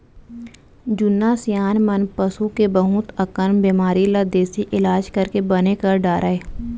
जुन्ना सियान मन पसू के बहुत अकन बेमारी ल देसी इलाज करके बने कर डारय